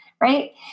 right